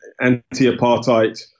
anti-apartheid